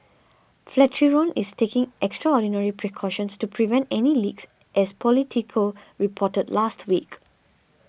Flatiron is taking extraordinary precautions to prevent any leaks as politico reported last week